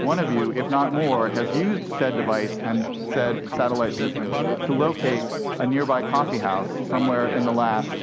one of you, if not more, has used said device and said satellite system to locate a nearby coffeehouse somewhere in the last